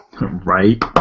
Right